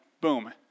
boom